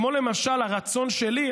כמו למשל הרצון שלי,